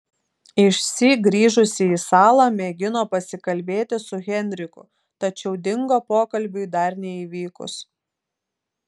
išsyk grįžusi į salą mėgino pasikalbėti su henriku tačiau dingo pokalbiui dar neįvykus